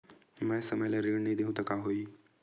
मैं समय म ऋण नहीं देहु त का होही